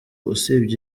usibye